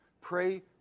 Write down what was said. Pray